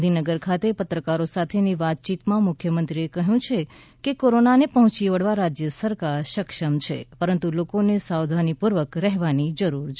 ગાંધીનગર ખાતે પત્રકારો સાથેની વાતચીતમાં મુખ્યમંત્રીએ કહ્યું છે કે કોરોનાને પહોંચી વળવા રાજ્ય સરકાર સક્ષમ છે પરંતુ લોકોને સાવધાનીપૂર્વક રહેવાની જરૂર છે